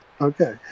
Okay